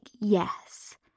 yes